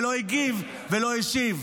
ולא הגיב ולא השיב.